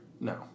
No